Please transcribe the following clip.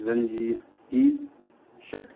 زنجیر کی T shirt